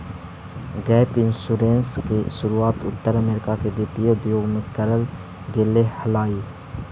gap insurance के शुरुआत उत्तर अमेरिका के वित्तीय उद्योग में करल गेले हलाई